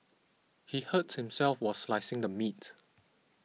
he hurt himself while slicing the meat